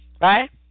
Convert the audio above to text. Right